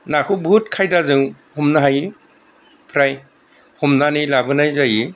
नाखौ बहुत खायदाजों हमनो हायो फ्राय हमनानै लाबोनाय जायो